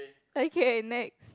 okay next